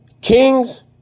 Kings